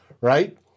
right